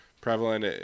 prevalent